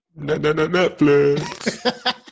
Netflix